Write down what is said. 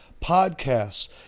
podcasts